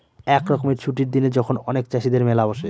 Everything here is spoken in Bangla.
এক রকমের ছুটির দিনে যখন অনেক চাষীদের মেলা বসে